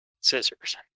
scissors